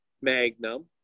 magnum